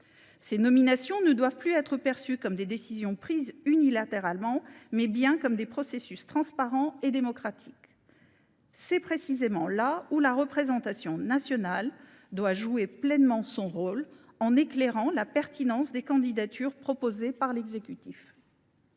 Ces nominations doivent être perçues non plus comme des décisions prises unilatéralement, mais bien comme un processus transparent et démocratique. La représentation nationale doit jouer pleinement son rôle en éclairant la pertinence des candidatures proposées par l’exécutif.